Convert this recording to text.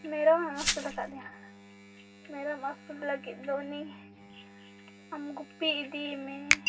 ᱢᱮᱨᱚᱢᱮᱢ ᱟᱹᱥᱩᱞ ᱟᱠᱟᱫᱮᱭᱟ ᱢᱮᱨᱚᱢ ᱟᱹᱥᱩᱞ ᱞᱟᱹᱜᱤᱫ ᱫᱚ ᱩᱱᱤ ᱟᱢ ᱜᱩᱯᱤ ᱤᱫᱤᱭᱮᱢᱮ